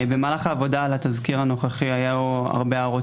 במהלך עבודה על התזכיר הנוכחי היו הרבה הערות